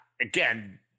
Again